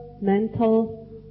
mental